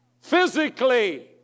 Physically